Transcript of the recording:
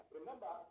Remember